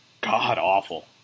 god-awful